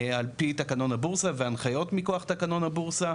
על פי תקנון הבורסה והנחיות מכוח תקנון הבורסה,